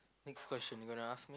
next question you gonna ask me